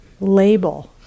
label